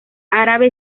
árabe